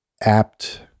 apt